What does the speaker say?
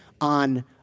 on